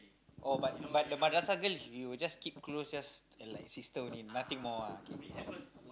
oh but but the madrasah girl you will just keep close just like sister only nothing more ah k